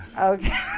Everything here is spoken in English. Okay